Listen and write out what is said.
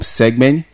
segment